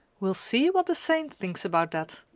we'll see what the saint thinks about that,